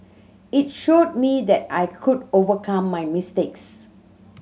it showed me that I could overcome my mistakes